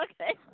Okay